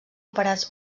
operats